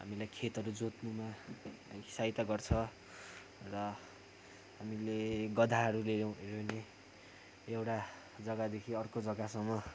हामीलाई खेतहरू जोत्नुमा है साइता गर्छ र हामीले गधाहरू हऱ्यौँ भने एउटा जग्गादेखि अर्को जग्गासम्म